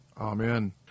Amen